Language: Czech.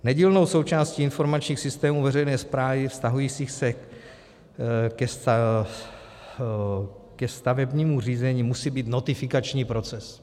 Nedílnou součástí informačních systémů veřejné správy vztahujících se ke stavebnímu řízení musí být notifikační proces.